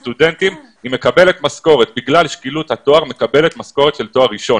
לימדה סטודנטים ובגלל שקילות התואר היא מקבלת משכורת של תואר ראשון.